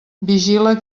vigila